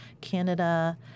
Canada